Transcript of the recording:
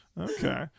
Okay